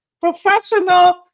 professional